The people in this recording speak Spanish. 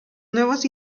nuevos